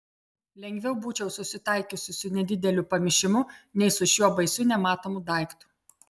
lengviau būčiau susitaikiusi su nedideliu pamišimu nei su šiuo baisiu nematomu daiktu